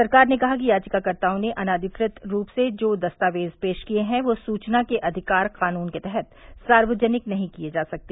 सरकार ने कहा कि याचिकाकर्ताओं ने अनधिकृत रूप से जो दस्तावेज पेश किए हैं वे सूचना के अधिकार कानून के तहत सार्वजनिक नहीं किये जा सकते